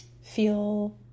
feel